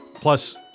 plus